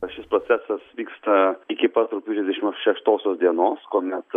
o šis procesas vyksta iki pat rugpjūčio dvidešim šeštosios dienos kuomet